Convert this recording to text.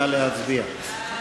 נא להצביע.